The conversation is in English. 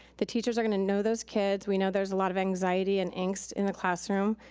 the teachers are gonna know those kids. we know there's a lot of anxiety and angst in the classroom,